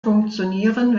funktionieren